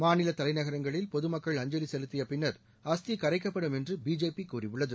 மாநில தலைநகரங்களில் பொதுமக்கள் அஞ்சலி செலுத்தியபின்னர் அஸ்தி கரைக்கப்படும் என்று பிஜேபி கூறியுள்ளது